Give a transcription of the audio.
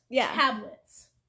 tablets